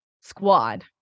Squad